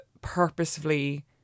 purposefully